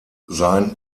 sein